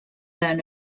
learn